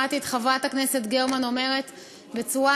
שמעתי את חברת הכנסת גרמן אומרת נכון,